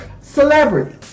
Celebrities